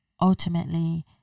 ultimately